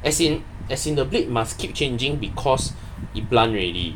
as in as in the blade must keep changing because it blunt already